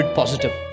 positive